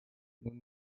nous